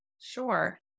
Sure